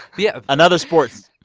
yeah ah another sport,